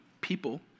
people